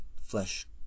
flesh